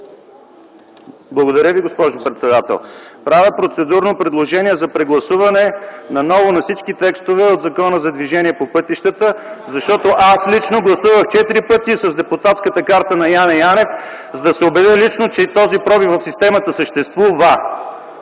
Благодаря, госпожо председател. Правя процедурно предложение за прегласуване наново на всички текстове от Закона за движение по пътищата, защото аз лично гласувах четири пъти с депутатската карта на Яне Янев, за да се убедя лично, че този пробив в системата съществува!